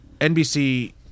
nbc